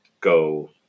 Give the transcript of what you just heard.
go